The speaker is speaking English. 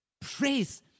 praise